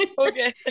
Okay